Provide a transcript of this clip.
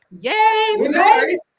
Yay